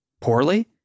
poorly